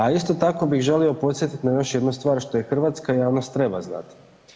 A isto tako bih želio podsjetiti na još jednu stvar, a što hrvatska javnost treba znati.